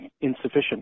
insufficient